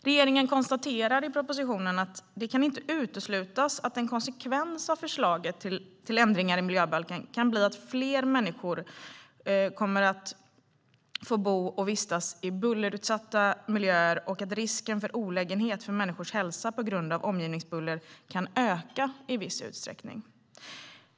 Regeringen konstaterar i propositionen att det inte kan uteslutas att en konsekvens av förslaget till ändringar i miljöbalken kan bli att fler människor kommer att få bo och vistas i bullerutsatta miljöer och att risken för olägenhet för människors hälsa på grund av omgivningsbuller i viss utsträckning kan öka.